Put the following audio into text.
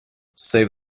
save